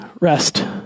rest